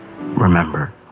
remember